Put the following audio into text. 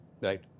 right